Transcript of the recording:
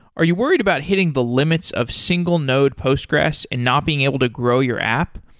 are you worried about hitting the limits of single node postgressql and not being able to grow your app,